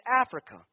Africa